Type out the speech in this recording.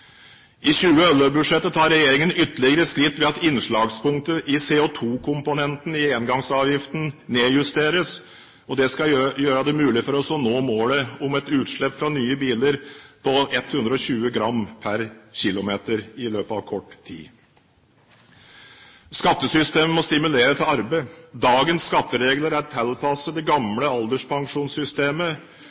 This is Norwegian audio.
I 2011-budsjettet tar regjeringen ytterligere et skritt ved at innslagspunktet i CO2-komponenten i engangsavgiften nedjusteres, og det skal gjøre det mulig for oss å nå målet om et utslipp fra nye biler på 120 gram per kilometer i løpet av kort tid. Skattesystemet må stimulere til arbeid. Dagens skatteregler er tilpasset det gamle alderspensjonssystemet